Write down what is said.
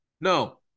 No